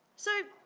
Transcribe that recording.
so,